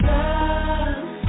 Love